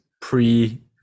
pre-